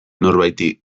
norbaiti